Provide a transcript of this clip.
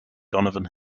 donovan